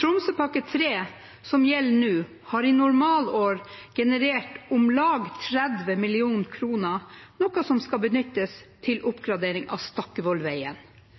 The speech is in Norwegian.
Tromsøpakke 3, som gjelder nå, har i normalår generert om lag 30 mill. kr, noe som skal benyttes til oppgradering av